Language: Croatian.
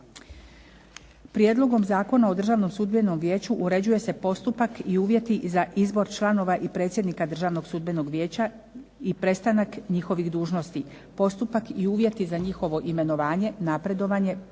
Prijedlogom Zakona o Državnom sudbeno vijeću uređuje se postupak i uvjeti za izbor članova i predsjednika Državnog sudbenog vijeća i prestanak njihovih dužnosti, postupak i uvjeti za njihovo imenovanje, premještaj